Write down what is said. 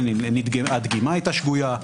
הדגימה הייתה שגויה,